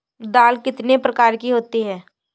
दाल कितने प्रकार की होती है?